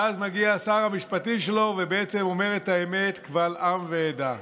ואז מגיע שר המשפטים שלו ואומר את האמת קבל עם ועדה,